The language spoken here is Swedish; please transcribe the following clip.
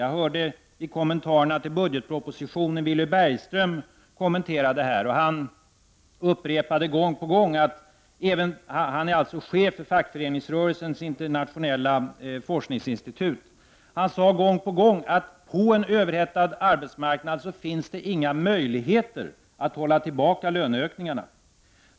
Jag hörde t.ex. Willy Bergström, som är chef för fackföreningsrörelsens internationella forskningsinstitut, i sina kommentarer till budgetpropositionen gång på gång säga att det på en överhettad arbetsmarknad inte finns några möjligheter att hålla tillbaka löneökningarna.